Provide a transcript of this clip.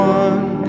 one